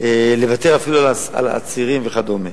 אפילו לוותר על עצירים וכדומה.